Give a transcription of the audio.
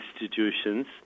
institutions